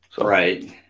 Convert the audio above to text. Right